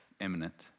imminent